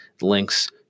links